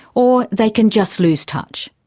or they can just lose touch.